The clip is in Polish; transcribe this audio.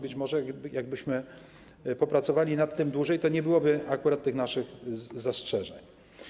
Być może, gdybyśmy popracowali nad tym dłużej, nie byłoby akurat tych naszych zastrzeżeń.